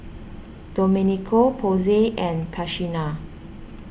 Domenico Posey and Tashina